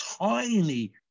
tiny